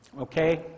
Okay